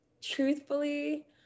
truthfully